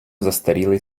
застарілий